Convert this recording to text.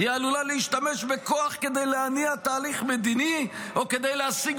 היא עלולה להשתמש בכוח כדי להניע תהליך מדיני או כדי להשיג